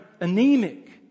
anemic